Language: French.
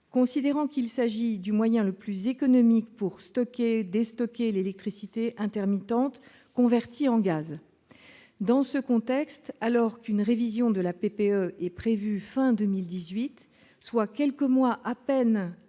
considérant qu'il s'agit du moyen le plus économique pour stocker et déstocker l'électricité intermittente convertie en gaz. Dans ce contexte, alors qu'une révision de la PPE est prévue à la fin de l'année 2018, soit quelques mois à peine après